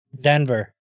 denver